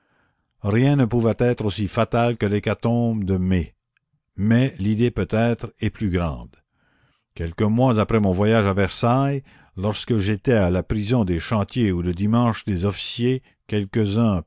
rien ne pouvait être aussi fatal que l'hécatombe de mai mais l'idée peut-être est plus grande quelques mois après mon voyage à versailles lorsque j'étais à la prison des chantiers où le dimanche des officiers quelques-uns